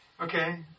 okay